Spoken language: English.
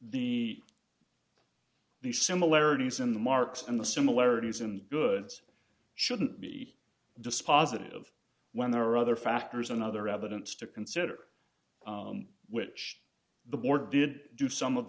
the the similarities in the marks and the similarities in goods shouldn't be dispositive of when there are other factors another evidence to consider which the board did do some of